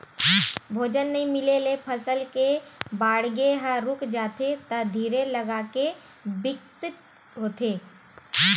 भोजन नइ मिले ले फसल के बाड़गे ह रूक जाथे त धीर लगाके बिकसित होथे